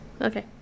Okay